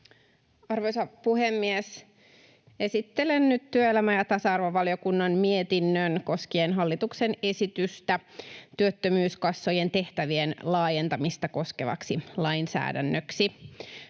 Arvoisa puhemies! Esittelen nyt työelämä- ja tasa-arvovaliokunnan mietinnön koskien hallituksen esitystä työttömyyskassojen tehtävien laajentamista koskevaksi lainsäädännöksi.